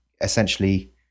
essentially